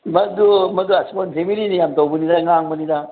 ꯃꯗꯨ ꯃꯗꯨ ꯏꯁꯃꯣꯟ ꯐꯦꯃꯤꯂꯤꯅꯤ ꯌꯥꯝ ꯇꯧꯕꯅꯤ ꯉꯥꯡꯕꯅꯤꯗ